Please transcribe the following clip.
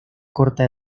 corta